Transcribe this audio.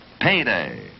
Payday